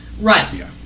Right